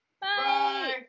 Bye